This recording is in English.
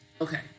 Okay